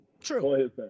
True